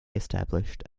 established